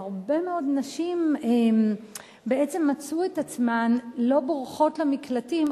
והרבה מאוד נשים בעצם מצאו את עצמן לא בורחות למקלטים,